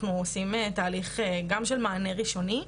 אנחנו עושים תהליך שהוא גם של מענה ראשוני.